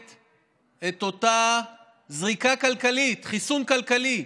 לתת את אותה זריקה כלכלית, חיסון כלכלי,